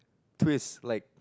twist like